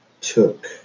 took